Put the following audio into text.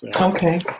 Okay